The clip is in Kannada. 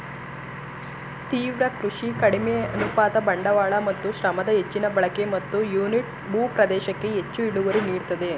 ತೀವ್ರ ಕೃಷಿ ಕಡಿಮೆ ಅನುಪಾತ ಬಂಡವಾಳ ಮತ್ತು ಶ್ರಮದ ಹೆಚ್ಚಿನ ಬಳಕೆ ಮತ್ತು ಯೂನಿಟ್ ಭೂ ಪ್ರದೇಶಕ್ಕೆ ಹೆಚ್ಚು ಇಳುವರಿ ನೀಡ್ತದೆ